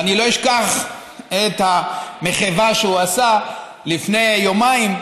ואני לא אשכח את המחווה שהוא עשה לפני יומיים,